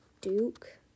Duke